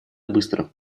быстро